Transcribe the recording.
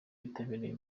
bitabiriye